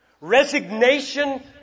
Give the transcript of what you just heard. resignation